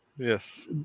Yes